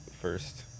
first